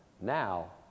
Now